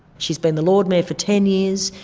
she's been the lord mayor for ten years,